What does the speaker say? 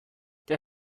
der